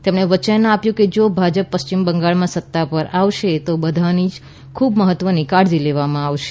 તેમણે વચન આપ્યું કે જો ભાજપ પશ્ચિમ બંગાળમાં સત્તા પર આવશે તો આ બધાની ખૂબ મહત્ત્વની કાળજી લેવામાં આવશે